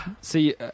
see